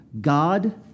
God